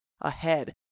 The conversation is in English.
ahead